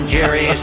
Jerry